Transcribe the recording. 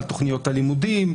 תכניות הלימודים,